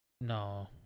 no